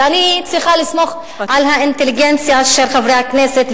ואני צריכה לסמוך על האינטליגנציה של חברי הכנסת,